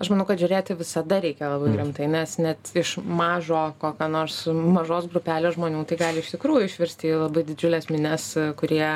aš manau kad žiūrėti visada reikia labai rimtai net iš mažo kokio nors mažos grupelės žmonių tai gali iš tikrųjų išvirsti labai didžiules minias kurie